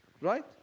right